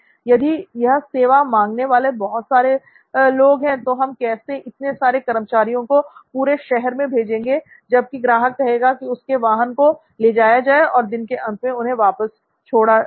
यदि यह सेवा मांगने वाले बहुत सारे लोग हैं तो हम कैसे इतने सारे कर्मचारियों को पूरे शहर में भेजेंगे जब भी ग्राहक कहेगा कि उसके वाहन को ले जाया जाए और दिन के अंत में उन्हें वापस छोड़ा जाए